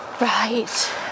right